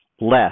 less